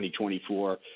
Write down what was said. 2024